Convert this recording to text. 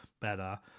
better